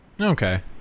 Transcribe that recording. Okay